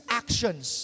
actions